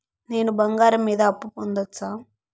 నేను బంగారం మీద అప్పు పొందొచ్చా?